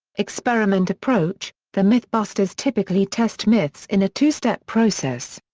experiment approach the mythbusters typically test myths in a two-step process.